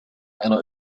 einer